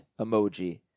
emoji